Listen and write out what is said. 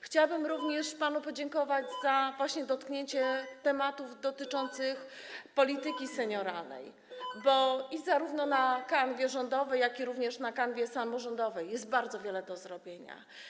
Chciałabym również panu podziękować za dotknięcie tematów dotyczących polityki senioralnej, bo zarówno na kanwie rządowej, jak i na kanwie samorządowej jest bardzo wiele do zrobienia.